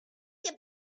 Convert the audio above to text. que